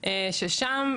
ששם,